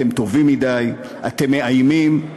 אתם טובים מדי, אתם מאיימים.